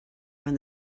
when